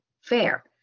fair